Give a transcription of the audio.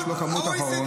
זה שקר שמשקיעים מיליארדים?